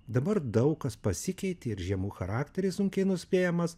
dabar daug kas pasikeitė ir žiemų charakteris sunkiai nuspėjamas